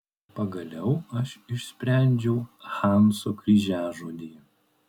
pagaliau aš išsprendžiau hanso kryžiažodį